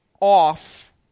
off